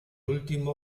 último